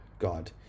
God